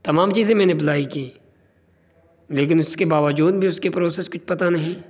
تمام چیزیں میں نے اپلائی کی لیکن اس کے باوجود بھی اس کے پروسیس کچھ پتہ نہیں